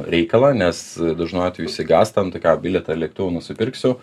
reikalą nes dažnu atveju išsigąsta nu tai ką bilietą lėktuvo nusipirksiu